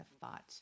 thought